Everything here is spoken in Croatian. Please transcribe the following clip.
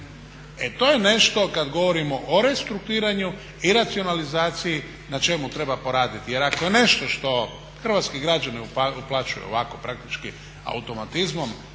E to je nešto kad govorimo o restrukturiranju i racionalizaciji na čemu treba poraditi, jer ako je nešto što hrvatski građani uplaćuju ovako praktički automatizmom,